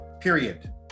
period